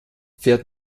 pferd